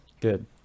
good